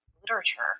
literature